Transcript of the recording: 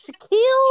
Shaquille